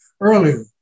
earlier